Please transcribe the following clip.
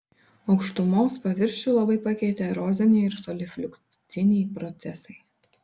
aukštumos paviršių labai pakeitė eroziniai ir solifliukciniai procesai